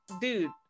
dude